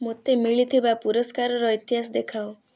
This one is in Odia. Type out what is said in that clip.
ମୋତେ ମିଳିଥିବା ପୁରଷ୍କାରର ଇତିହାସ ଦେଖାଅ